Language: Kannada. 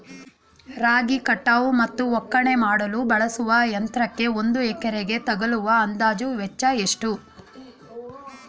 ರಾಗಿ ಕಟಾವು ಮತ್ತು ಒಕ್ಕಣೆ ಮಾಡಲು ಬಳಸುವ ಯಂತ್ರಕ್ಕೆ ಒಂದು ಎಕರೆಗೆ ತಗಲುವ ಅಂದಾಜು ವೆಚ್ಚ ಎಷ್ಟು?